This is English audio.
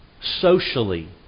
socially